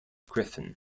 griffin